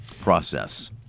process